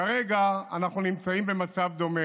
כרגע אנחנו נמצאים במצב דומה,